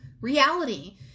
reality